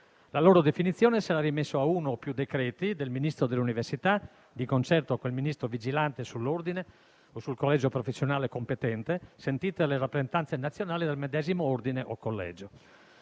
La loro definizione sarà rimessa a uno o più decreti del Ministro dell'università, di concerto con il Ministro vigilante sull'ordine o sul collegio professionale competente, sentite le rappresentanze nazionali del medesimo ordine o collegio.